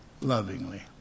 lovingly